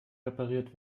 repariert